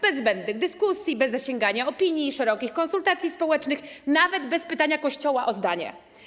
Bez zbędnych dyskusji, bez zasięgania opinii, szerokich konsultacji społecznych, nawet bez pytania Kościoła o zdanie.